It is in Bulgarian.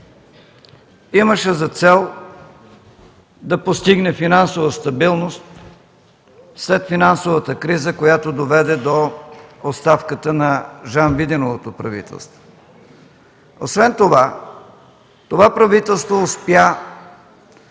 имаше за цел да постигне финансова стабилност след финансовата криза, която доведе до оставката на Жан Виденовото правителство. Освен това, това правителство успя